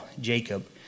Jacob